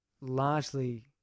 Largely